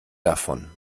davon